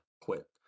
quit